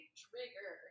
trigger